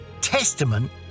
testament